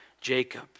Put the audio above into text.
Jacob